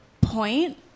point